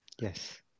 Yes